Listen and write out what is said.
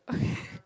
okay